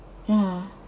ya